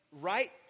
right